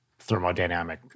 thermodynamic